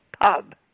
pub